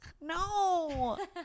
No